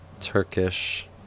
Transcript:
Turkish